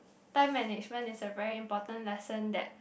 time management is a very important lesson that